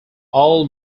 all